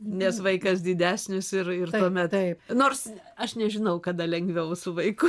nes vaikas didesnis ir ir tuomet nors aš nežinau kada lengviau su vaiku